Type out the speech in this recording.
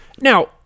Now